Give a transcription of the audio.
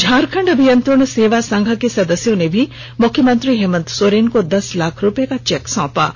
झारखण्ड अभियंत्रण सेवा संघ के सदस्यों ने भी मुख्यमंत्री हेमंत सोरेन को दस लाख रूपये का चेक सौंपा है